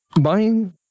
Buying